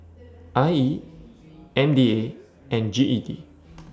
I E M D A and G E D